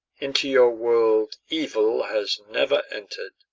into your world evil has never entered.